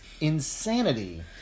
insanity